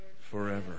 forever